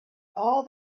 all